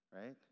right